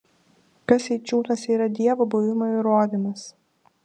kas eičiūnuose yra dievo buvimo įrodymas